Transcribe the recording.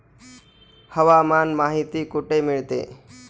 हवामान माहिती कुठे मिळते?